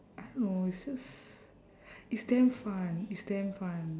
I don't know it's just it's damn fun it's damn fun